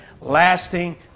lasting